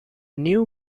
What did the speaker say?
new